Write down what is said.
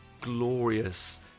glorious